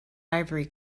ivory